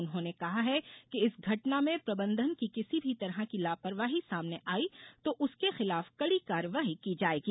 उन्होंने कहा है कि इस घटना में प्रबंधन की किसी भी तरह की लापरवाही सामने आई तो उसके खिलाफ कड़ी कार्यवाही की जायेगी